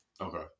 okay